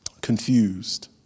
confused